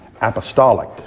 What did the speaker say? apostolic